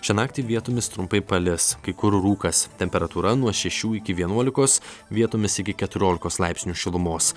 šią naktį vietomis trumpai palis kai kur rūkas temperatūra nuo šešių iki vienuolikos vietomis iki keturiolikos laipsnių šilumos